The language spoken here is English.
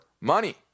money